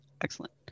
Excellent